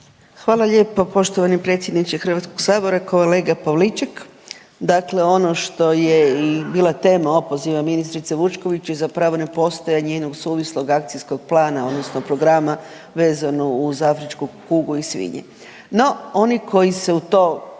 Hvala lijepo poštovani predsjedniče Hrvatskog sabora. Kolega Pavliček, dakle ono što je i bila tema opoziva ministrice Vučković je zapravo nepostojanje njenog suvislog akcijskog plana odnosno programa vezano uz afričku kugu i svinje.